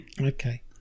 Okay